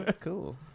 Cool